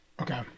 Okay